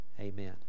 amen